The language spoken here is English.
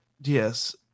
yes